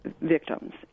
victims